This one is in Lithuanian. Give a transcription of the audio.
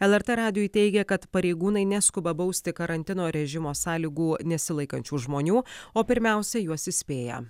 lrt radijui teigė kad pareigūnai neskuba bausti karantino režimo sąlygų nesilaikančių žmonių o pirmiausia juos įspėja